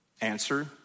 Answer